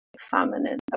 feminine